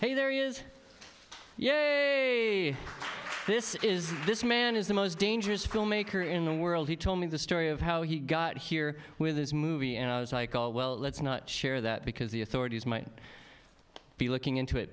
hey there is yeah this is this man is the most dangerous filmmaker in the world he told me the story of how he got here with his movie and i was like oh well let's not share that because the authorities might be looking into it